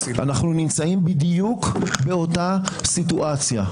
אנחנו נמצאים בדיוק באותה סיטואציה.